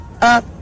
up